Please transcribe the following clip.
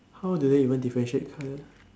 how do they even differentiate colour